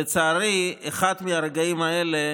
לצערי, אחד מהרגעים האלה